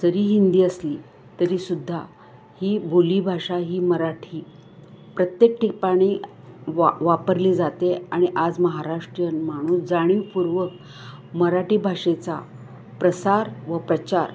जरी हिंदी असली तरीसुद्धा ही बोलीभाषा ही मराठी प्रत्येक ठिकाणी वा वापरली जाते आणि आज महाराष्ट्रीयन माणूस जाणीवपूर्वक मराठी भाषेचा प्रसार व प्रचार